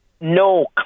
No